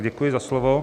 Děkuji za slovo.